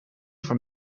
voor